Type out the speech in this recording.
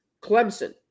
Clemson